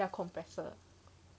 their compressor